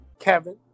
Kevin